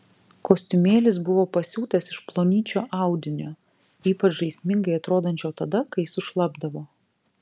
kostiumėlis buvo pasiūtas iš plonyčio audinio ypač žaismingai atrodančio tada kai sušlapdavo